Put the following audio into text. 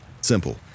Simple